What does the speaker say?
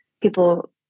people